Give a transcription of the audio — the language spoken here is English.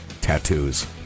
tattoos